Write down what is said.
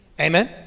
Amen